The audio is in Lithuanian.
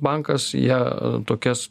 bankas ją tokias